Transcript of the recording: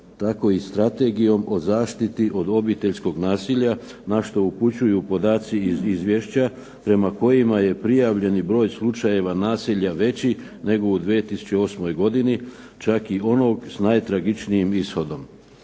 tako i strategijom o zaštiti od obiteljskog nasilja na što upućuju podaci iz izvješća prema kojima je prijavljeni broj slučajeva nasilja veći nego u 2008. godini, čak i ono s najtragičnijim ishodom.